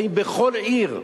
האם בכל עיר,